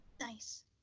Nice